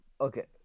Okay